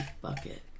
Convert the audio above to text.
bucket